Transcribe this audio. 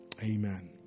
Amen